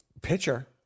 Pitcher